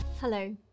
Hello